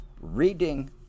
reading